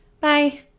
Bye